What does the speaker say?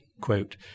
quote